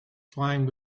flying